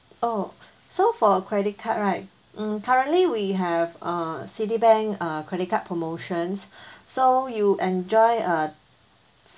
oh so for a credit card right mm currently we have uh Citibank uh credit card promotions so you enjoy a